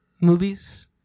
movies